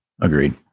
Agreed